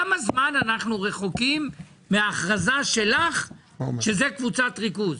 כמה זמן אנחנו רחוקים מההכרזה שלך שזאת קבוצת ריכוז?